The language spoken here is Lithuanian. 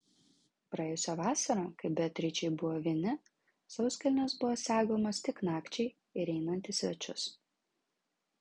praėjusią vasarą kai beatričei buvo vieni sauskelnės buvo segamos tik nakčiai ir einant į svečius